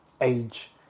age